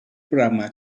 programa